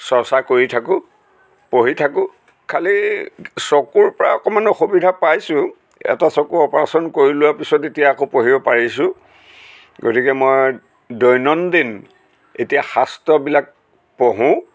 চৰ্চা কৰি থাকোঁ পঢ়ি থাকোঁ খালি চকুৰ পৰা অকণমান অসুবিধা পাইছোঁ এটা চকু অপাৰেচন কৰি লোৱাৰ পিছত এতিয়া আকৌ পঢ়িব পাৰিছোঁ গতিকে মই দৈনন্দিন এতিয়া শাস্ত্ৰবিলাক পঢ়োঁ